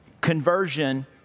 Conversion